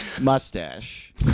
mustache